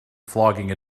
flogging